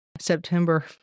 September